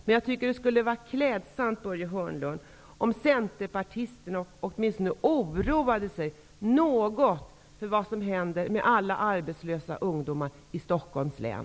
Men jag tycker att det skulle vara klädsamt om centerpartisterna åtminstone oroade sig något för vad som händer med alla arbetslösa ungdomar i Stockholms län.